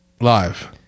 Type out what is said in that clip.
live